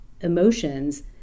emotions